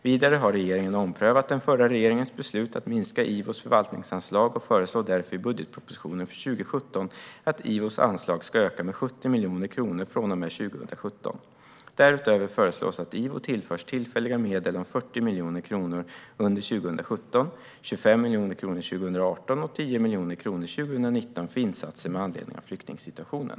Vidare har regeringen omprövat den förra regeringens beslut att minska IVO:s förvaltningsanslag och föreslår därför i budgetpropositionen för 2017 att IVO:s anslag ska öka med 70 miljoner kronor från och med 2017. Därutöver föreslås att IVO tillförs tillfälliga medel om 40 miljoner kronor under 2017, 25 miljoner kronor 2018 och 10 miljoner kronor 2019 för insatser med anledning av flyktingsituationen.